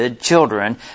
children